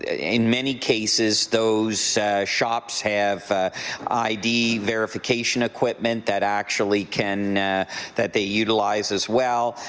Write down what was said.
ah in many cases those shops have i d. verification equipment that actually can that they utilize as well,